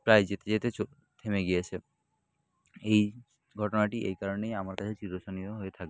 প্রায় যেতে যেতে চল থেমে গিয়েছে এই ঘটনাটি এই কারণেই আমার কাছে চিরস্মরণীয় হয়ে থাক